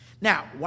Now